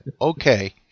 okay